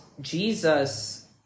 Jesus